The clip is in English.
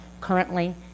currently